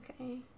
okay